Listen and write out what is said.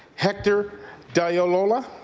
hector dalola,